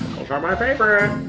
are my favorite!